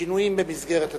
שינויים במסגרת התקציב,